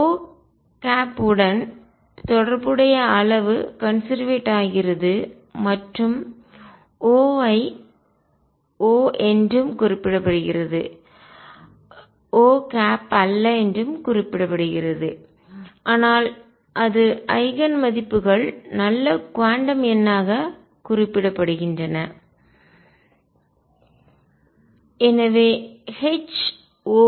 O உடன் தொடர்புடைய அளவு கன்செர்வேட் ஆகிறது மற்றும் O ஐ O என்றும் குறிப்பிடப்படுகிறது O அல்ல என்றும் குறிப்பிடப்படுகிறது ஆனால் அது ஐகன் மதிப்புகள் நல்ல குவாண்டம் எண்ணாக குறிப்பிடப்படுகின்றன